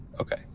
Okay